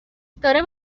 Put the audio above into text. داره